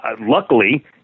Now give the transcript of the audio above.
luckily